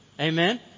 Amen